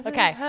Okay